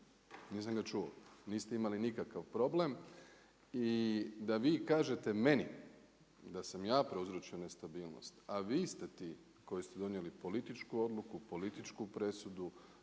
Nisam ga čuo. Niste imali nikakav problem. I da vi kažete meni da sam ja prouzročio nestabilnost, a vi ste ti koji ste donijeli političku odluku, političku presudu,